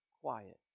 quiet